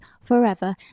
forever